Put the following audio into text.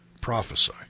prophesy